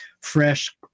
fresh